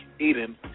Eden